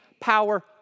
power